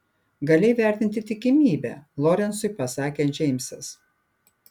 gali įvertinti tikimybę lorencui pasakė džeimsas